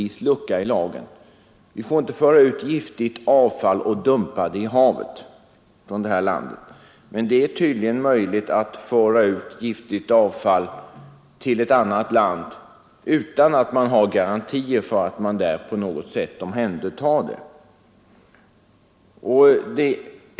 Vi får inte från det här landet föra ut giftigt avfall och dumpa det i havet. Men det är tydligen möjligt att föra ut giftigt avfall till ett annat land utan att ha garantier för att det där på något sätt omhändertages.